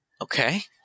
Okay